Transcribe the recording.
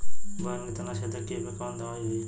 बैगन के तना छेदक कियेपे कवन दवाई होई?